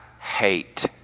hate